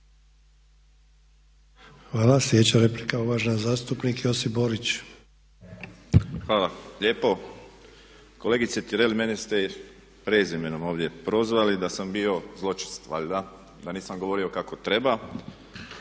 Hvala. Slijedeća replika uvaženi zastupnik Josip Borić. **Borić, Josip (HDZ)** Hvala lijepo. Kolegice Tireli mene ste prezimenom ovdje prozvali da sam bio zločest valjda, da nisam govorio kako treba.